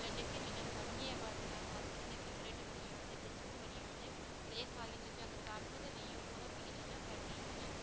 जां जेह्कियां चीज़ां बनियै आवा दियां जि'यां अस दिक्खने आं कि ब्रैड बनियै आवा दे बिस्कुट बनियै आवा दे एह् सारियां चाीज़ां अगर कनक नेईं होईं होग मतलब भी एह् चीज़ां बननियां कि'यां न